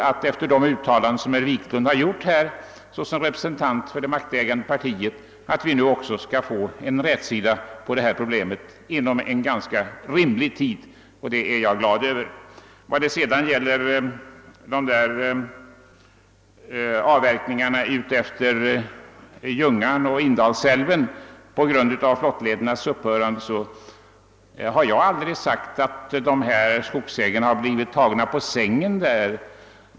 Efter de uttalanden som herr Wiklund här gjort såsom representant för det makthavande partiet hoppas jag att vi inom rimlig tid skall få en rätsida på detta problem. Det hälsar jag med tillfredsställelse. Vad beträffar frågan om avverkningarna utefter Ljungan och Indalsälven på grund av flottledernas upphörande har jag aldrig sagt att skogsägarna blivit tagna på sängen.